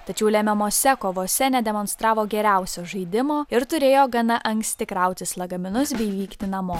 tačiau lemiamose kovose nedemonstravo geriausio žaidimo ir turėjo gana anksti krautis lagaminus bei vykti namo